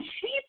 sheep